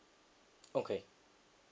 okay